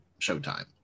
Showtime